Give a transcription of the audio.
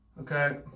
okay